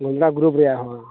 ᱟᱢᱫᱟ ᱜᱨᱩᱯ ᱨᱮᱭᱟ ᱦᱚᱸ